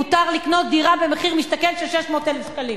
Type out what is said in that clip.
מותר לקנות דירה במחיר למשתכן של 600,000 שקלים.